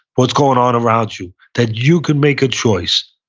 what's going on around you that you can make a choice.